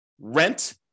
rent